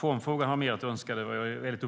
Det är solklart att riksdagen